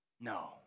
No